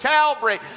Calvary